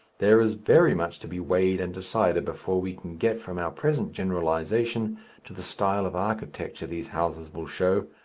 there is very much to be weighed and decided before we can get from our present generalization to the style of architecture these houses will show,